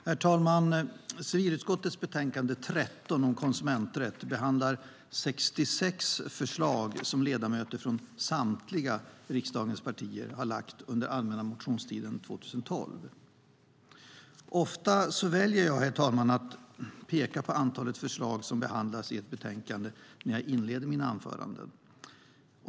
Herr talman! Civilutskottets betänkande 13 om konsumenträtt behandlar 66 förslag som ledamöter från samtliga riksdagens partier har lagt fram under allmänna motionstiden 2012. Ofta väljer jag, herr talman, att peka på antalet förslag som behandlas i ett betänkande när jag inleder mina anföranden.